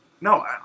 No